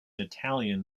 italian